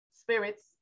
spirits